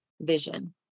vision